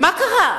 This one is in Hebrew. מה קרה?